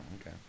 okay